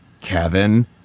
Kevin